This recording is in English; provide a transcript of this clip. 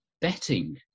betting